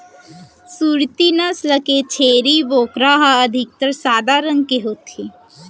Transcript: सूरती नसल के छेरी बोकरा ह अधिकतर सादा रंग के होथे